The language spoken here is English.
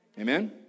Amen